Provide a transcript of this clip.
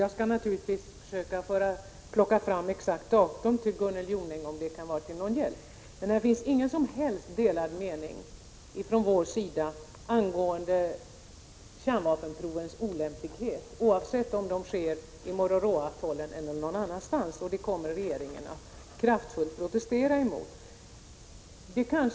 Jag skall naturligtvis försöka plocka fram exakt datum åt Gunnel Jonäng, om det kan vara till någon hjälp. Men det finns inga som helst delade meningar från vår sida angående kärnvapenprovens olämplighet, oavsett om de sker vid Mururoaatollen eller någon annanstans. Regeringen kommer att kraftfullt protestera mot dem alla.